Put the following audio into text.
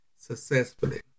successfully